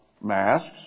Masks